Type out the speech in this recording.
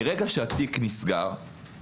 מרגע שהתיק נסגר,